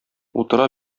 утыра